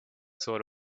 sort